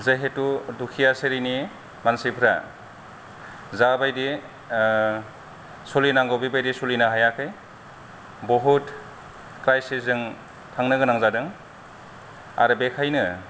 जायहेतु दुखियासेरिनि मानसिफ्रा जाबायदि सोलिनांगौ बेबायदि सोलिनो हायाखै बहुद क्राइसिस जों थांनो गोनां जादों आरो बेखायनो